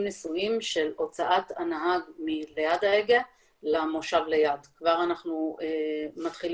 שמתי כאן דוגמאות וסוגים מטכנולוגיות שיכולות לקדם